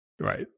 Right